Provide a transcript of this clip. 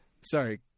Sorry